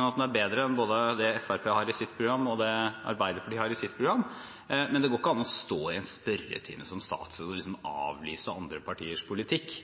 at den er bedre enn både det Fremskrittspartiet har i sitt program, og det Arbeiderpartiet har i sitt program, men det går ikke an å stå i en spørretime, som statsråd, og avlyse andre partiers politikk.